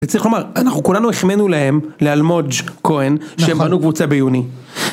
צריך לומר, אנחנו כולנו החמאנו להם, לאלמוג' כהן, שהם בנו קבוצה ביוני.